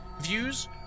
views